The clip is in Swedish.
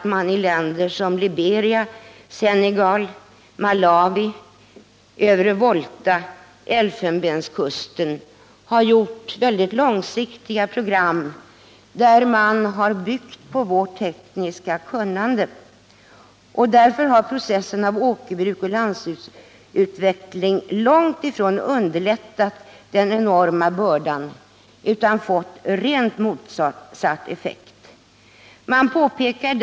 I länder som Liberia, Senegal, Malawi, Övre Volta och Elfenbenskusten har man nämligen gjort upp mycket långsiktiga program, där man har byggt på vårt tekniska kunnande. Lantbrukets utveckling har därför långt ifrån underlättat den enorma bördan; effekten har blivit den motsatta.